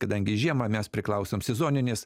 kadangi žiemą mes priklausom sezoninės